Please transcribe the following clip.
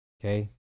Okay